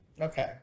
Okay